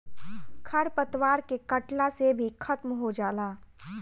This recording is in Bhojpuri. खर पतवार के कटला से भी खत्म हो जाला